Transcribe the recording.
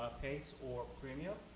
pace or premium.